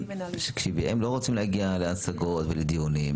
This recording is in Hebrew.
תקשיבי, הם לא רוצים להגיע להשגות ולדיונים.